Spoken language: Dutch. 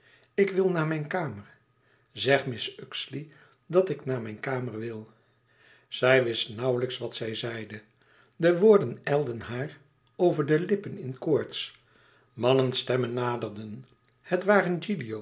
ik wil naar mijn kamer zeg mrs uxeley dat ik naar mijn kamer wil zij wist nauwlijks wat zij zeide de woorden ijlden haar over de lippen in koorts mannestemmen naderden het waren